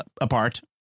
apart